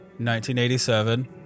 1987